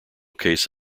case